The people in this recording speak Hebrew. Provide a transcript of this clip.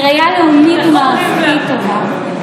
בראייה לאומית ומערכתית טובה.)